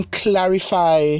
clarify